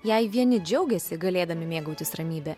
jei vieni džiaugiasi galėdami mėgautis ramybe